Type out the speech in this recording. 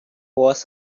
was